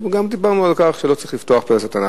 וגם דיברנו על כך שלא צריך לפתוח פה לשטן.